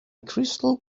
crystal